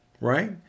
right